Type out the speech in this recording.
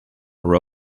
are